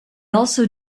also